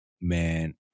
man